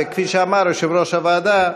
וכפי שאמר יושב-ראש הוועדה,